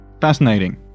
Fascinating